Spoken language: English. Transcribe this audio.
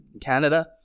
Canada